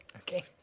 Okay